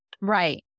Right